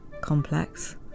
complex